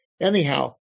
Anyhow